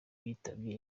yitabye